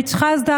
פי'צחזדה,